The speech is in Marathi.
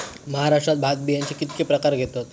महाराष्ट्रात भात बियाण्याचे कीतके प्रकार घेतत?